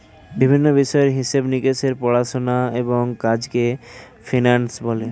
বিভিন্ন বিষয়ের হিসেব নিকেশের পড়াশোনা এবং কাজকে ফিন্যান্স বলে